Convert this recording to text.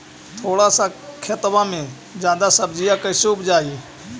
थोड़ा सा खेतबा में जादा सब्ज़ी कैसे उपजाई?